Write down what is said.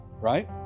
right